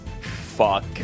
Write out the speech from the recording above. fuck